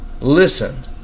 Listen